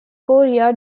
korea